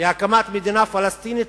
להקמת מדינה פלסטינית,